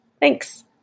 Thanks